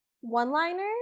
one-liners